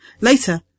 Later